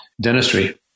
dentistry